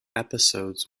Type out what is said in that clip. episodes